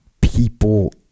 people